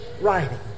writing